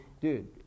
dude